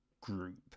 group